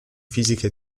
fisica